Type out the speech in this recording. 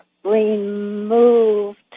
removed